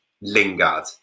Lingard